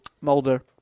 Mulder